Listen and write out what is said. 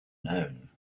known